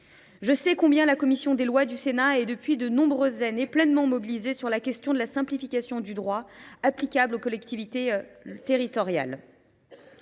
Je sais combien la commission des lois du Sénat est, depuis de nombreuses années, pleinement mobilisée sur la question de la simplification du droit applicable aux collectivités territoriales.